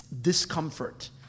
discomfort